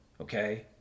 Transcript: okay